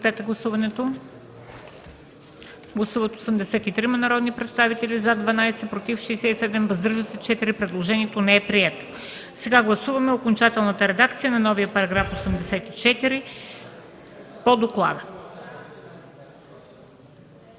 Сега гласуваме окончателната редакция на новия § 84 по доклада.